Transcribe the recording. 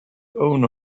owner